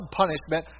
punishment